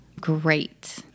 Great